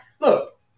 look